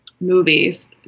movies